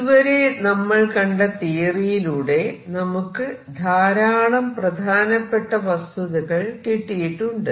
ഇതുവരെ നമ്മൾ കണ്ട തിയറിയിലൂടെ നമുക്ക് ധാരാളം പ്രധാനപ്പെട്ട വസ്തുതകൾ കിട്ടിയിട്ടുണ്ട്